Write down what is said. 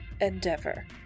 endeavor